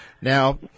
Now